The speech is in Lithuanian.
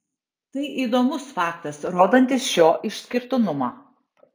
tai įdomus faktas rodantis šio išskirtinumą